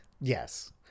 Yes